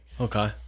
Okay